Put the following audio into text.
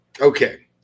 Okay